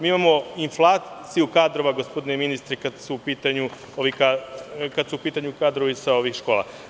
Imamo inflaciju kadrova, gospodine ministre, kada su u pitanju kadrovi sa ovih škola.